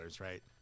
right